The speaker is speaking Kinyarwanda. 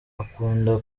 akunda